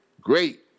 great